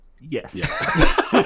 Yes